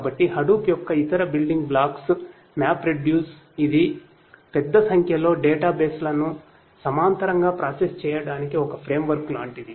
కాబట్టి హడూప్ చేయడానికి ఒక ఫ్రేమ్వర్క్ లాంటిది